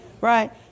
Right